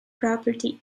property